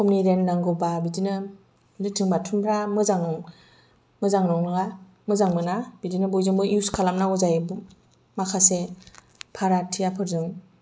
खमनि रेन्ट नांगौब्ला बिदिनो लेट्रिन बाथ्रुमफोरा मोजां मोजां नङा मोजां मोना बिदिनो बयजोंबो इउज खालामनांगौ जायो माखासे भाराथियाफोरजों